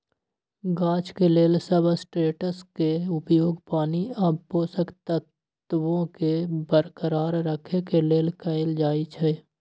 गाछ के लेल सबस्ट्रेट्सके उपयोग पानी आ पोषक तत्वोंके बरकरार रखेके लेल कएल जाइ छइ